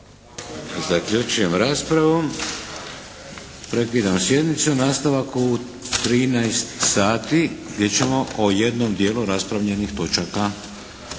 Zaključujem raspravu. Prekidam sjednicu. Nastavak u 13 sati gdje ćemo o jednom dijelu raspravljenih točaka